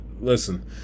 listen